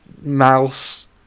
mouse